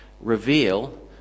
reveal